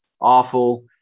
awful